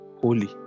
Holy